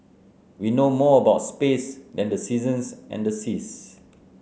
we know more about space than the seasons and the seas